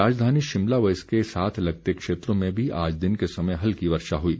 राजधानी शिमला व इसके साथ लगते क्षेत्रों में भी आज दिन के समय हल्की वर्षा हुई